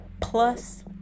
plus